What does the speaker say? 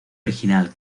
original